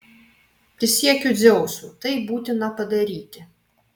prisiekiu dzeusu tai būtina padaryti